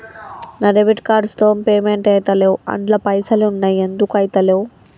నా debit card తో payment ఐతలేవ్ అండ్ల పైసల్ ఉన్నయి ఎందుకు ఐతలేవ్?